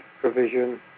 provision